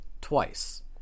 twice